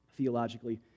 theologically